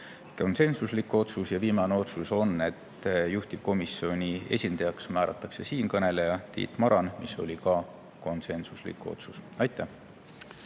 konsensuslik otsus. Ja viimane otsus on, et juhtivkomisjoni esindajaks määratakse siinkõneleja, Tiit Maran. See oli ka konsensuslik otsus. Aitäh!